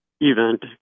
event